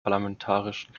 parlamentarischen